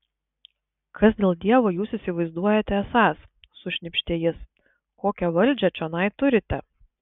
kas dėl dievo jūs įsivaizduojate esąs sušnypštė jis kokią valdžią čionai turite